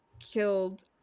killed